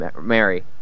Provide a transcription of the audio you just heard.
Mary